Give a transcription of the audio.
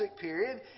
period